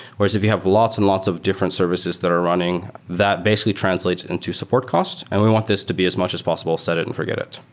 whereas if you have lots and lots of different services that are running that basically translates into support costs, and we want this to be as much as possible set it and forget it.